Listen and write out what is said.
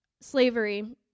slavery